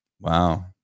wow